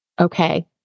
Okay